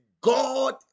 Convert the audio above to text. god